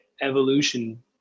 evolution